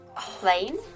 plane